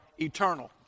eternal